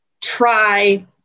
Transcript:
try